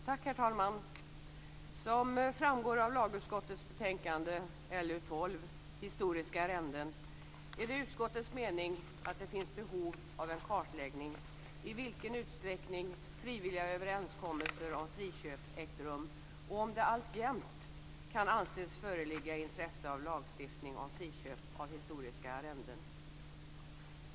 Herr talman! Som framgår av lagutskottets betänkande LU12 Historiska arrenden är det utskottets mening att det finns behov av en kartläggning av i vilken utsträckning frivilliga överenskommelser om friköp ägt rum och om det alltjämt kan anses föreligga intresse av lagstiftning om friköp av historiska arrenden.